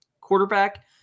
quarterback